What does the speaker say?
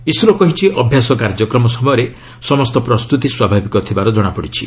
ISRO କହିଛି ଅଭ୍ୟାସ କାର୍ଯ୍ୟକ୍ରମ ସମୟରେ ସମସ୍ତ ପ୍ରସ୍ତୁତି ସ୍ୱାଭାବିକ ଥିବାର ଜଣାପଡ଼ିଛି